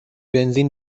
بنزین